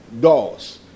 doors